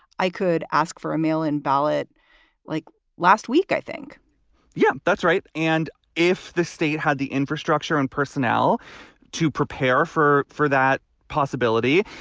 i could ask for a mail in ballot like last week, i think yeah, that's right. and if the state had the infrastructure and personnel to prepare for for that possibility,